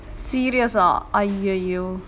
serious ah !aiyoyo!